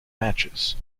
matches